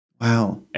Wow